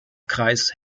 kreis